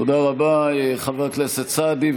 תודה רבה, חבר הכנסת סעדי.